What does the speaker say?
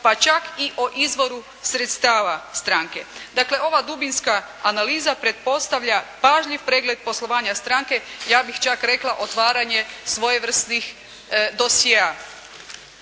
pa čak i o izvoru sredstava stranke. Dakle, ova dubinska analiza pretpostavlja važni pregled poslovanja stranke, ja bih čak rekla otvaranje svojevrsnih dosjea.